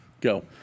Go